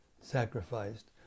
sacrificed